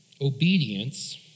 Obedience